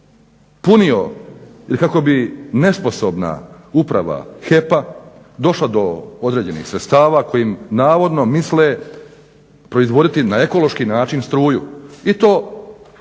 punio ili kako bi nesposobna uprava HEP-a došla do određenih sredstava kojim navodno misle proizvoditi na ekološki način struju i to